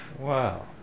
Wow